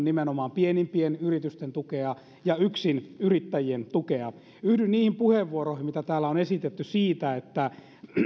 nimenomaan pienimpien yritysten tukea ja yksinyrittäjien tukea yhdyn niihin puheenvuoroihin mitä täällä on esitetty siitä että